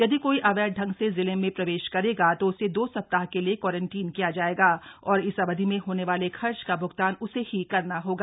यदि कोई अवध ढंग से जिले में प्रवेश करेगा तो उसे दो सप्ताह के लिए क्वारंटीन किया जाएगा और इस अवधि में होने वाले खर्च का भ्गतान उसे ही करना होगा